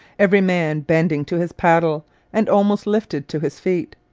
every man bending to his paddle and almost lifted to his feet.